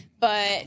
but-